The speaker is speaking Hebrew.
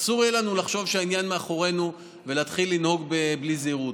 אסור יהיה לנו לחשוב שהעניין מאחורינו ולהתחיל לנהוג בלי זהירות.